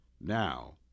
now